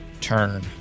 turn